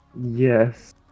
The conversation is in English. Yes